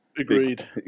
agreed